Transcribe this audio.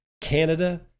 Canada